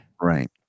Right